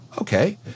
Okay